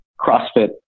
CrossFit